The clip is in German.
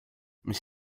mich